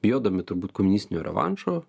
bijodami turbūt komunistinio revanšo